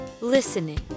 Listening